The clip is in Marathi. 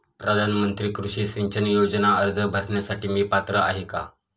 प्रधानमंत्री कृषी सिंचन योजना अर्ज भरण्यासाठी मी पात्र आहे का?